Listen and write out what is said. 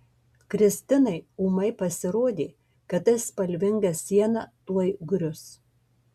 kristinai ūmai pasirodė kad ta spalvinga siena tuoj grius